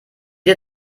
dir